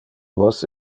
vos